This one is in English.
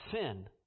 sin